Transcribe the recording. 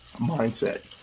mindset